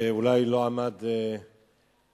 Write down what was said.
שאולי לא עמד במבחן